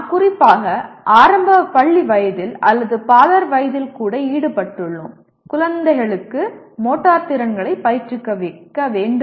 நாம் குறிப்பாக ஆரம்ப பள்ளி வயதில் அல்லது பாலர் வயதில் கூட ஈடுபட்டுள்ளோம் குழந்தைகளுக்கு மோட்டார் திறன்களைப் பயிற்றுவிக்க வேண்டும்